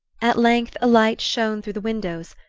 at length a light shone through the windows,